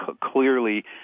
Clearly